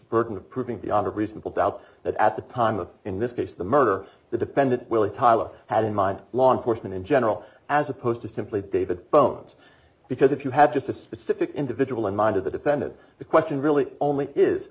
burden of proving beyond reasonable doubt that at the time of in this case the murder the defendant tyler had in mind law enforcement in general as opposed to simply david phones because if you had just a specific individual in mind of the defendant the question really only is